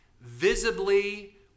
visibly